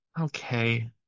okay